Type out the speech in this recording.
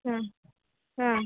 ह हा